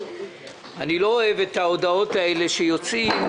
אני לא אוהב את ההודעות האלה שיוצאים,